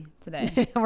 today